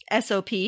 SOP